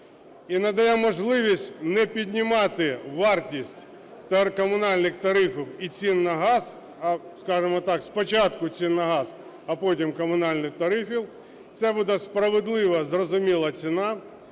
і надає можливість не піднімати вартість комунальних тарифів і цін на газ, а, скажімо так, спочатку цін на газ, а потім – комунальних тарифів. Це буде справедлива, зрозуміла ціна,